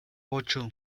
ocho